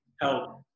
help